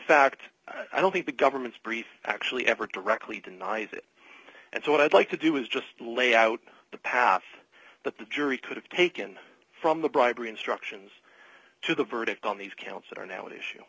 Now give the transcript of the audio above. fact i don't think the government's brief actually ever directly denies it and so what i'd like to do is just lay out the past but the jury could have taken from the bribery instructions to the verdict on these counts that are now an issue